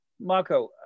Marco